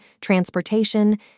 transportation